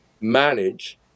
manage